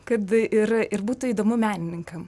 kad ir ir būtų įdomu menininkam